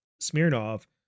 Smirnov